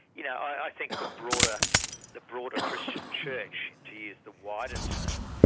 you know i think the broader the broader christian church to use the wider term,